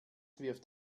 wirft